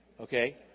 Okay